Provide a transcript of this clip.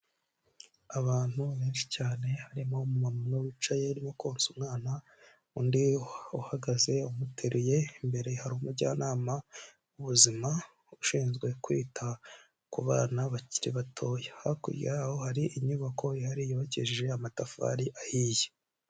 Abantu benshi cyane harimo umumama wicaye arimo konsa umwana, undi uhagaze umuteruye imbere hari umujyanama w'ubuzima ushinzwe kwita ku bana bakiri batoya, hakurya y'aho hari inyubako ihari yubakishije amatafari ahiye.